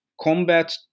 combat